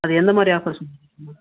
அது எந்த மாதிரி ஆஃபர்ஸ்ஸுங்க